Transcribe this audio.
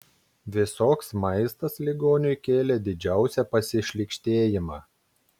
visoks maistas ligoniui kėlė didžiausią pasišlykštėjimą